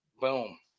Boom